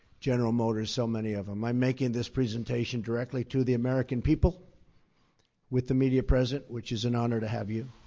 general motors, so many of them. i'm making this presentation directly to the american people with the media present, which is an honor to have you